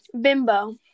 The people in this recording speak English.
Bimbo